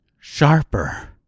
sharper